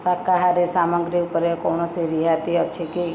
ଶାକାହାରୀ ସାମଗ୍ରୀ ଉପରେ କୌଣସି ରିହାତି ଅଛି କି